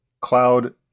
cloud